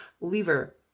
liver